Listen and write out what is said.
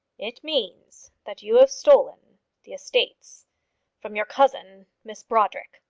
it means that you have stolen the estates from your cousin miss brodrick!